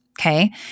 okay